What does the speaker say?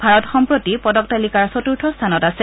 ভাৰত সম্প্ৰতি পদক তালিকাৰ চতূৰ্থ স্থানত আছে